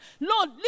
Lord